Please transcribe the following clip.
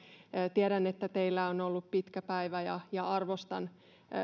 tiedän että teillä on ollut pitkä päivä ja ja arvostan